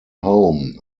home